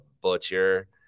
butcher